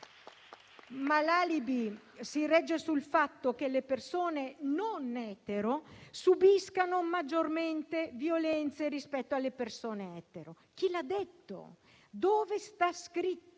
Ma l'alibi si regge sul fatto che le persone non etero subiscono maggiormente violenze rispetto alle persone etero. Chi l'ha detto? Dove sta scritto?